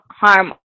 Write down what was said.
harm